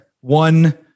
one